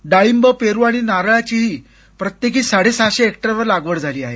डाळिंब पेरू आणि नारळाचीही प्रत्येकी साडेसहाशे हेक्टरवर लागवड झाली आहे